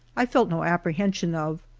i felt no apprehension of,